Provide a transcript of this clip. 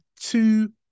two